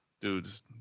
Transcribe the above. dudes